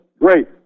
great